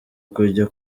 kujya